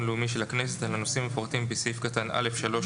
לאומי של הכנסת על הנושאים המפורטים בסעיף קטן (א)(3),